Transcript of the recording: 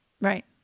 Right